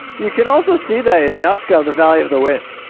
you can also see that in nazca the value of the wind